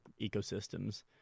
ecosystems